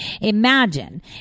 Imagine